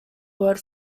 word